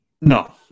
No